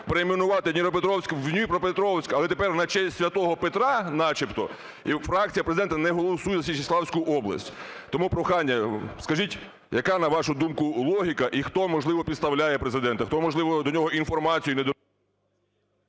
перейменувати Дніпропетровськ в Дніпропетровськ, але тепер на честь Святого Петра начебто, і фракція Президента не голосує за Січеславську область. Тому прохання, скажіть, яка, на вашу думку, логіка і хто, можливо, підставляє Президента, хто, можливо, до нього інформацію… ГОЛОВУЮЧИЙ.